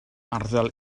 arddel